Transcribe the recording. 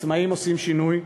"עצמאים עושים שינוי",